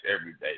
everyday